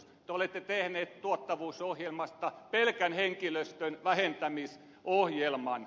te olette tehneet tuottavuusohjelmasta pelkän henkilöstön vähentämisohjelman